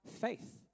faith